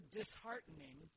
disheartening